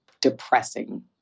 depressing